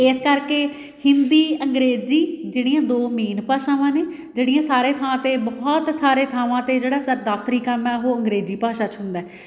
ਇਸ ਕਰਕੇ ਹਿੰਦੀ ਅੰਗਰੇਜ਼ੀ ਜਿਹੜੀਆਂ ਦੋ ਮੇਨ ਭਾਸ਼ਾਵਾਂ ਨੇ ਜਿਹੜੀਆਂ ਸਾਰੇ ਥਾਂ 'ਤੇ ਬਹੁਤ ਸਾਰੇ ਥਾਵਾਂ 'ਤੇ ਜਿਹੜਾ ਸਾ ਸਾਤਰੀ ਕੰਮ ਆ ਉਹ ਅੰਗਰੇਜੀ ਭਾਸ਼ਾ 'ਚ ਹੁੰਦਾ